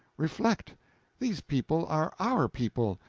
reflect these people are our people,